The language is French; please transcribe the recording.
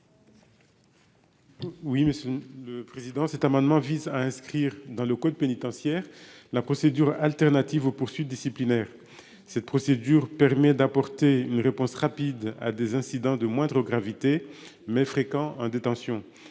Oui mais c'est le président cet amendement vise à inscrire dans le code pénitentiaire, la procédure alternative aux poursuites disciplinaires. Cette procédure permet d'apporter une réponse rapide à des incidents de moindre gravité mais fréquents en détention.